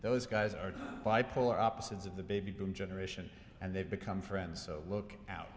those guys are by polar opposites of the baby boom generation and they've become friends so look out